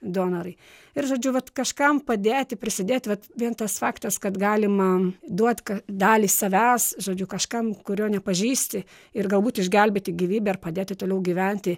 donorai ir žodžiu vat kažkam padėti prisidėti vat vien tas faktas kad galima duot dalį savęs žodžiu kažkam kurio nepažįsti ir galbūt išgelbėti gyvybę ir padėti toliau gyventi